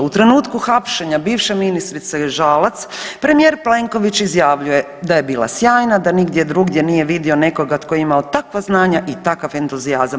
U trenutku hapšenja bivše ministrice Žalac premijer Plenković izjavljuje da je bila sjajna, da nigdje drugdje nije vidio nekoga tko je imao takva znanja i takav entuzijazam.